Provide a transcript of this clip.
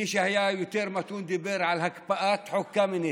מי שהיה יותר מתון דיבר על הקפאת חוק קמיניץ.